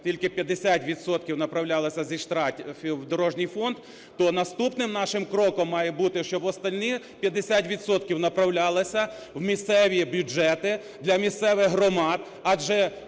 відсотків направлялися зі штрафів в дорожній фонд, то наступним нашим кроком має бути, щоб остальні 50 відсотків направлялися в місцеві бюджети для місцевих громад, адже